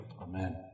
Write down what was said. Amen